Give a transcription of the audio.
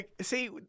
see